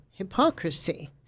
Hypocrisy